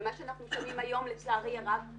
מה שאנחנו שומעים היום לצערי הרב זה